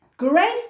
Grace